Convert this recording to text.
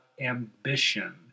ambition